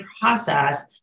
process